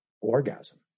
orgasm